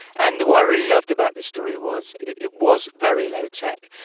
and what i really loved about the story, was it was very low tech.